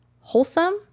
wholesome